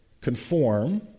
conform